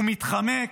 הוא מתחמק,